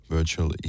Virtual